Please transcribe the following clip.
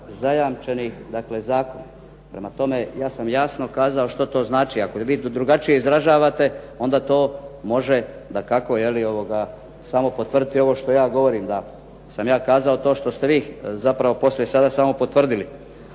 zajamčenih zakonom. Prema tome, ja sam jasno kazao što to znači, ako vi to drugačije izražavate onda to može samo potvrditi što ja govorim da sam ja kazao to što ste vi poslije samo potvrdili.